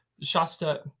Shasta